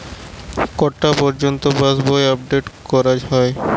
কটা পযর্ন্ত পাশবই আপ ডেট করা হয়?